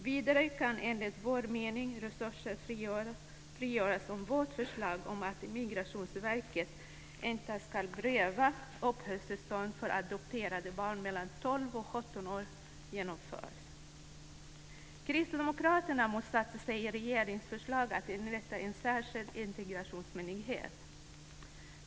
Vidare kan enligt vår mening resurser frigöras om vårt förslag om att Migrationsverket inte ska pröva uppehållstillstånd för adopterade barn mellan 12 och 17 år genomförs. Kristdemokraterna motsatte sig regeringens förslag att inrätta en särskild integrationsmyndighet.